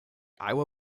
iowa